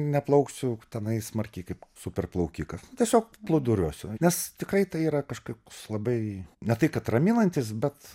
neplauksiu tenai smarkiai kaip super plaukikas tiesiog plūduriuosiu nes tikrai tai yra kažkaip labai ne tai kad raminantis bet